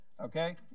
Okay